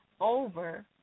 over